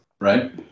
Right